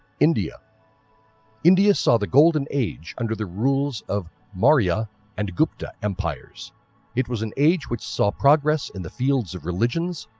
india india saw the golden age under the rules of maurya and gupta empires it was an age which saw progress in the fields of religions,